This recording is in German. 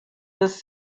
des